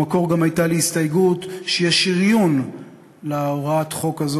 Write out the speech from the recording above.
במקור גם הייתה לי הסתייגות שיהיה שריון להוראת החוק הזאת,